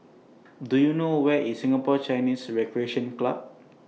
Do YOU know Where IS Singapore Chinese Recreation Club